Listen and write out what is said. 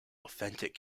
authentic